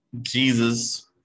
Jesus